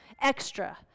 extra